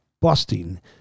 busting